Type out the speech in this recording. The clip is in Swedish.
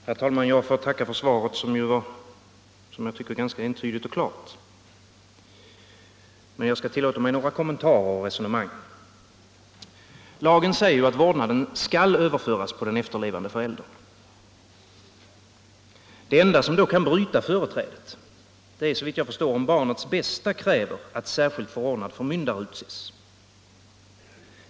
Herr talman! Jag får tacka statsrådet Lidbom för svaret, som jag tycker är ganska entydigt och klart. Men jag skall ändå tillåta mig några kommentarer och något resonemang. Lagen säger att vårdnaden skall överföras på den efterlevande föräldern. Det enda som då kan bryta företrädet är såvitt jag förstår om barnets bästa kräver att särskilt förordnad förmyndare utses.